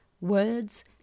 words